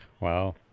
Wow